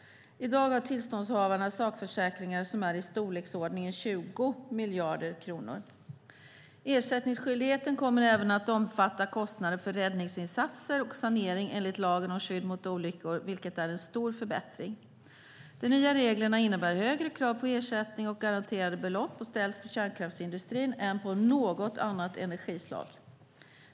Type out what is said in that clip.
I dag har tillståndshavarna sakförsäkringar som är i storleksordningen 20 miljarder kronor. Ersättningsskyldigheten kommer även att omfatta kostnader för räddningsinsatser och sanering enligt lagen om skydd mot olyckor, vilket är en stor förbättring. De nya reglerna innebär att högre krav på ersättning och garanterade belopp ställs på kärnkraftsindustrin än på något annat energislag.